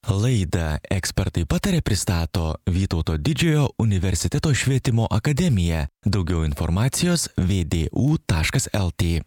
laidą ekspertai pataria pristato vytauto didžiojo universiteto švietimo akademija daugiau informacijos vėdė u taškas lt